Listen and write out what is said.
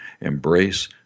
embrace